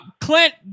Clint